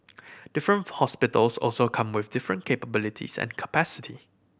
different hospitals also come with different capabilities and capacity